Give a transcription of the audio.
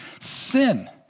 sin